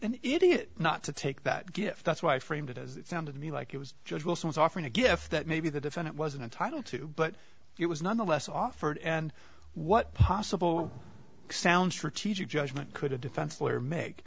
an idiot not to take that gift that's why i framed it as it sounded to me like it was judge wilson was offering a gift that maybe the defendant wasn't title to but it was nonetheless offered and what possible sound strategic judgment could a defense lawyer m